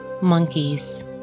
Monkeys